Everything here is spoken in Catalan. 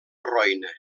roine